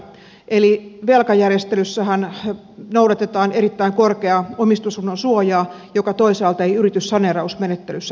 eli velkajärjestelyssähän noudatetaan erittäin korkeaa omistusasunnon suojaa mikä toisaalta ei yrityssaneerausmenettelyssä ole mahdollista